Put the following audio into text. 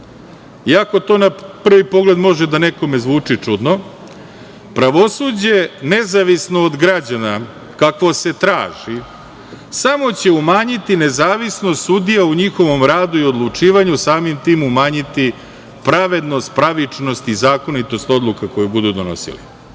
Iako to na prvi pogled može da nekome zvuči čudno pravosuđe nezavisno od građana, kakvo se traži, samo će umanjiti nezavisnost sudija u njihovom radu i odlučivanju, a samim tim umanjiti pravednost, pravičnost i zakonitost odluka koju budu donosili. Dakle,